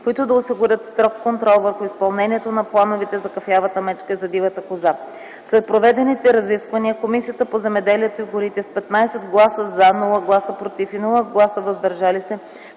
които да осигурят строг контрол върху изпълнението на плановете за кафявата мечка и за дивата коза. След проведените разисквания Комисията по земеделието и горите с 15 гласа „за”, без „против” и „въздържали се”